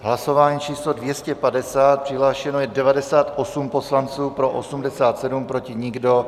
Hlasování číslo 250, přihlášeno je 98 poslanců, pro 87, proti nikdo.